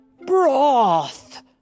broth